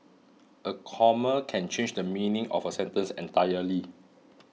a comma can change the meaning of a sentence entirely